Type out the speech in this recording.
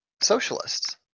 socialists